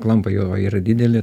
klampa jo yra didelė